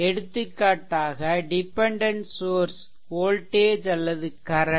எடுத்துக்காட்டாக dependent source voltage அல்லது current